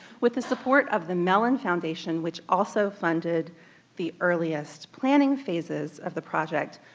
with the support of the mellon foundation, which also funded the earliest planning phases of the project,